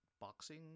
boxing